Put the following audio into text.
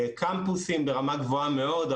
קמפוסים ברמה גבוהה מאוד,